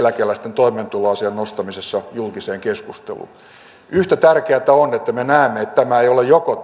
eläkeläisten toimeentuloasian nostamisessa julkiseen keskusteluun yhtä tärkeätä on että me näemme että tämä ei ole joko